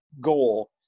goal